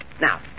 Now